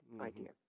idea